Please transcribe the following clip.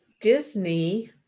Disney